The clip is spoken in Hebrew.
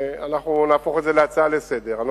נהפוך את זה להצעה לסדר-היום.